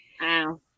Wow